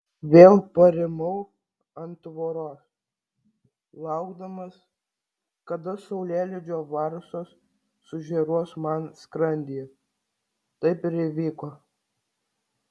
vėl parimau ant tvoros laukdamas kada saulėlydžio varsos sužėruos man skrandyje taip ir įvyko